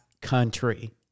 country